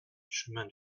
chemin